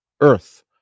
earth